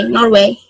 Norway